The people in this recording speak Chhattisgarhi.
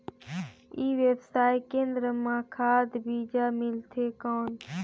ई व्यवसाय केंद्र मां खाद बीजा मिलथे कौन?